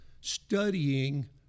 studying